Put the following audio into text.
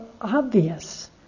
obvious